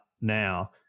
now